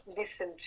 listen